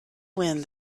wind